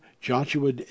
joshua